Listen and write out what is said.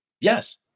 Yes